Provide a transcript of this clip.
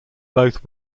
both